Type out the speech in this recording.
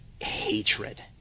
hatred